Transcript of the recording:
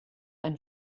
ein